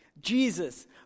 Jesus